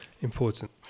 important